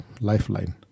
lifeline